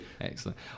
Excellent